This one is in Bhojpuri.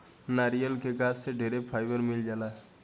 नारियल के गाछ से ढेरे फाइबर मिल जाला